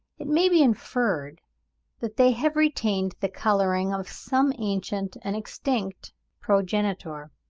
it may be inferred that they have retained the colouring of some ancient and extinct progenitor.